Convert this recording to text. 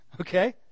Okay